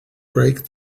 break